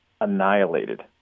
annihilated